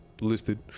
listed